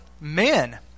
men